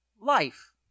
life